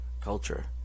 culture